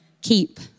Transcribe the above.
Keep